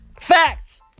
Facts